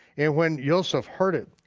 and when yoseph heard it,